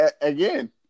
Again